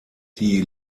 die